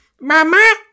mama